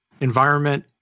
environment